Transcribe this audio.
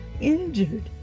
injured